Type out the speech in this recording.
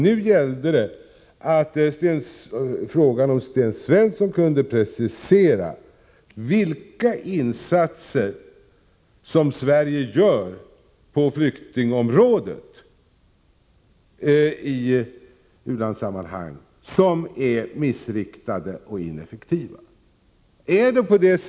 Nu gällde frågan om Sten Svensson kunde precisera vilka insatser som Sverige gör på flyktingområdet i u-landssammanhang som är missriktade och ineffektiva.